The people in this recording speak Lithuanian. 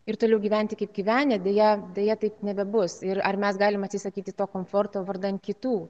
ir toliau gyventi kaip gyvenę deja deja taip nebebus ir ar mes galim atsisakyti to komforto vardan kitų